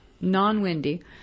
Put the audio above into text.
non-windy